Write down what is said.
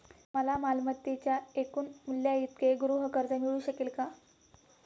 मला मालमत्तेच्या एकूण मूल्याइतके गृहकर्ज मिळू शकेल का?